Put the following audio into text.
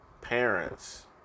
parents